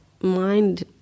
mind